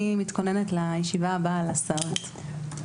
אני מתכוננת לישיבה הבאה על ההסעות.